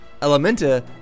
Elementa